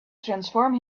transform